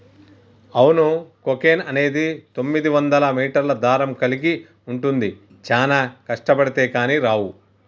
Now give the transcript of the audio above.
అవును కోకెన్ అనేది తొమ్మిదివందల మీటర్ల దారం కలిగి ఉంటుంది చానా కష్టబడితే కానీ రావు